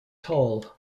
tall